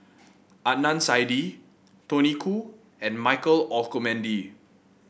Adnan Saidi Tony Khoo and Michael Olcomendy